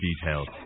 details